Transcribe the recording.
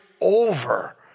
over